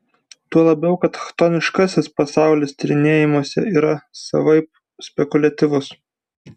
tuo labiau kad chtoniškasis pasaulis tyrinėjimuose yra savaip spekuliatyvus